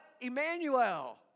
Emmanuel